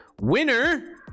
Winner